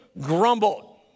grumbled